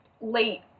late